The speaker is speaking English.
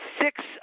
six